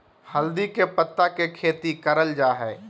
हल्दी के पत्ता के खेती करल जा हई